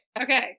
okay